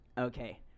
Okay